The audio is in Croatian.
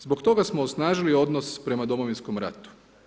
Zbog toga smo osnažili odnos prema Domovinskom ratu.